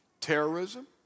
terrorism